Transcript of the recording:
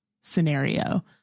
scenario